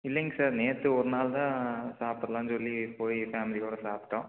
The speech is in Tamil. இல்லைங்க சார் நேத்து ஒரு நாள் தான் சாப்பிடலான்னு சொல்லி போய் ஃபேமிலியோடு சாப்பிட்டோம்